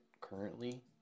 currently